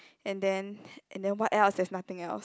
and then and then what else there's nothing else